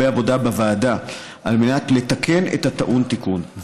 עבודה בוועדה על מנת לתקן את הטעון תיקון,